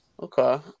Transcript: Okay